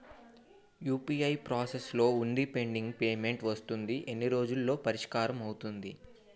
UPI process లో వుందిపెండింగ్ payment వస్తుంది ఎన్ని రోజుల్లో పరిష్కారం అవుతుంది